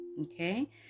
okay